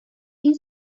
این